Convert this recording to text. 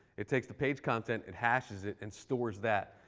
it takes the page content. it hashes it and stores that.